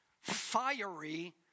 fiery